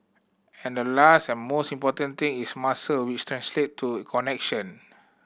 and the last and most important thing is muscle which translate to connection